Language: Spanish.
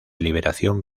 liberación